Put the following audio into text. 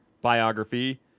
biography